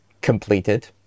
completed